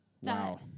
Wow